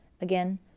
Again